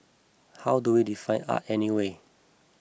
how do we define art anyway